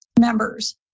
members